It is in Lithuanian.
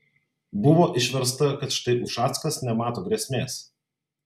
buvo išversta kad štai ušackas nemato grėsmės